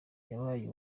yabaye